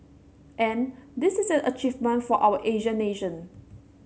and this is an achievement for an Asian nation